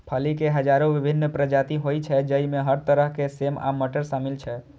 फली के हजारो विभिन्न प्रजाति होइ छै, जइमे हर तरह के सेम आ मटर शामिल छै